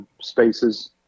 spaces